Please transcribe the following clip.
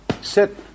sit